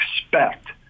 expect